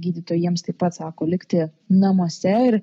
gydytojai jiems taip pat sako likti namuose ir